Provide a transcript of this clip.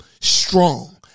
strong